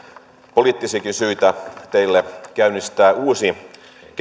poliittisiakin syitä teillä käynnistää uusi